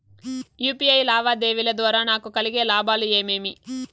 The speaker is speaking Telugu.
యు.పి.ఐ లావాదేవీల ద్వారా నాకు కలిగే లాభాలు ఏమేమీ?